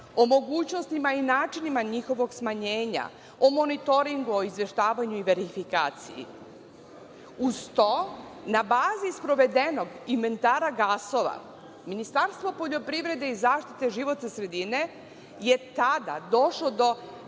o mogućnostima i načinima njihovog smanjenja, o monitoringu o izveštavanju i verifikaciji. Uz to, na bazi sprovedenog inventara gasova, Ministarstvo poljoprivrede i zaštite životne sredine je tada došlo do